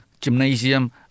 Gymnasium